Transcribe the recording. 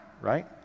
right